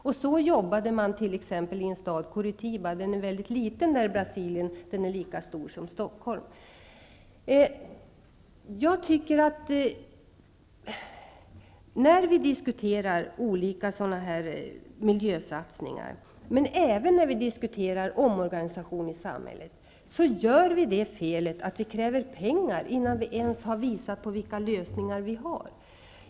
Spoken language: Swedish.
På det sättet jobbade man t.ex. i en stad som heter Curitiba, som är mycket liten i Brasilien men lika stor som När vi diskuterar olika miljösatsningar, men även när vi diskuterar omorganisation i samhället, gör vi det felet att vi kräver pengar innan vi ens har visat vilka lösningar vi har.